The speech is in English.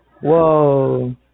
whoa